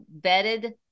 vetted